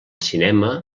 cinema